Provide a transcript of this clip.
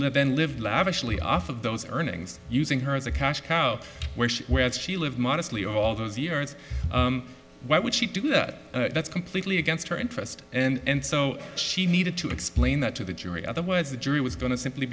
live and live lavishly off of those earnings using her as a cash cow where she where'd she live modestly all those years why would she do that that's completely against her interest and so she needed to explain that to the jury otherwise the jury was going to simply